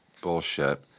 bullshit